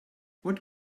what